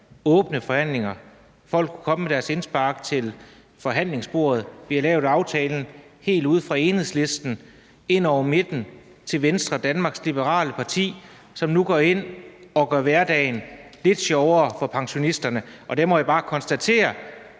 åbne forhandlinger. Folk kunne komme med deres indspark til forhandlingsbordet. Vi har lavet aftalen helt ude fra Enhedslisten ind over midten og til Venstre, Danmarks Liberale Parti – en aftale, som nu går ind og gør hverdagen lidt sjovere for pensionisterne. Der må jeg bare konstatere,